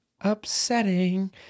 upsetting